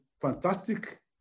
fantastic